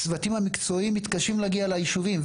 הצוותים המקצועיים מתקשים להגיע ליישובים.